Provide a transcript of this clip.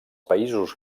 països